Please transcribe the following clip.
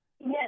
Yes